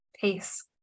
pace